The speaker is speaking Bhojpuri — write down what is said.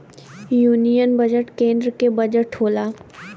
यूनिअन बजट केन्द्र के बजट होला